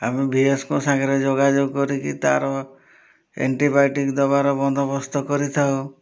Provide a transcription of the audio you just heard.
ଆମେ ଭିଏସ୍ଙ୍କ ସାଙ୍ଗରେ ଯୋଗାଯୋଗ କରିକି ତା'ର ଏଣ୍ଟିବାୟୋଟିକ୍ ଦେବାର ବନ୍ଦୋବସ୍ତ କରିଥାଉ